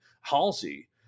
Halsey